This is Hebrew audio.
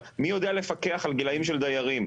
מי יודע לפקח על גילאים של דיירים?